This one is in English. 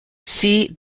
see